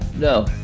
No